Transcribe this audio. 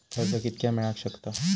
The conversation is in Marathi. कर्ज कितक्या मेलाक शकता?